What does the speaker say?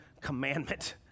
commandment